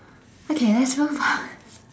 okay let's move on